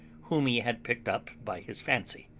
whom he had picked up by his fancy,